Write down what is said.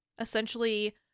Essentially